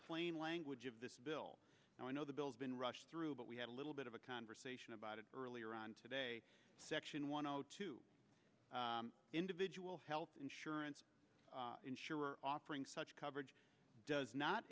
plain language of this bill and i know the bills been rushed through but we had a little bit of a conversation about it earlier on today section one hundred two individual health insurance insurer offering such coverage does not